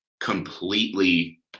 completely